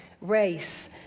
race